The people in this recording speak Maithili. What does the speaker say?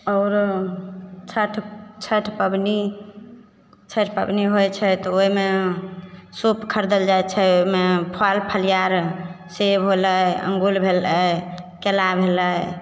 आओर छैठ छैठ पबनी छैठ पबनी होइ छै तऽ ओइमे सुप खरिदल जाइ छै ओइमे फल फलियार सेब होलय अँगुल भेलय केला भेलय